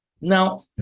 now